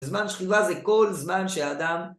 בזמן שכיבה זה כל זמן שאדם...